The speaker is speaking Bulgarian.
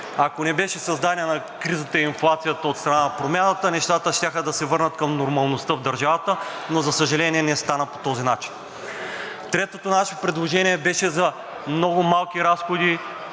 Ако не беше създадена кризата и инфлацията от страна на Промяната, нещата щяха да се върнат към нормалността в държавата, но, за съжаление, не стана по този начин. Третото наше предложение беше за много малки разходи